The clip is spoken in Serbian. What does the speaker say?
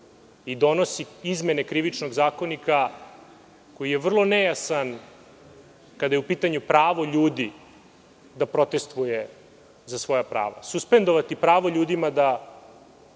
i donosi izmene Krivičnog zakonika koji je vrlo nejasan kada je u pitanju pravo ljudi da protestuje za svoja prava. Suspendovati pravo ljudima da